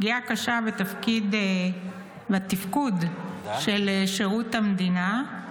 היא פגיעה קשה בתפקוד של שירות המדינה,